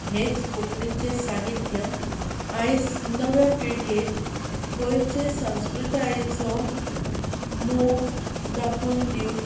हेंच कोंकणीचें साहित्य आयज नव्या पिळगेक गोंयचे सांस्कृतायेचो मोग दाखोवन दिवंक